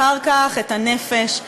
אחר כך את הנפש,